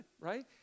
Right